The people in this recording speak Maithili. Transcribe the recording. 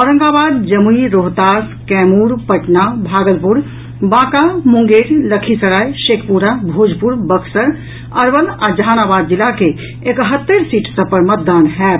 औरंगाबाद जमुई रोहतास कैमूर पटना भागलपुर बांका मुंगेर लखीसराय शेखपुरा भोजपुर बक्सर अरवल आ जहानाबाद जिला के एकहत्तरि सीट सभ पर मतदान होयत